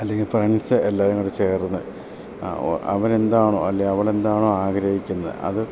അല്ലെങ്കിൽ ഫ്രണ്ട്സ് എല്ലാവരും കൂടെ ചേർന്ന് അവനെന്താണോ അല്ലെ അവളെന്താണോ ആഗ്രഹിക്കുന്നത് അത്